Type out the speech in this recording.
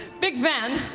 big fan.